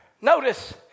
Notice